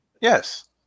Yes